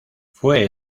fue